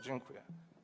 Dziękuję.